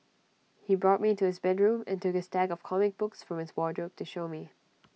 he brought me to his bedroom and took A stack of comic books from his wardrobe to show me